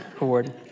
award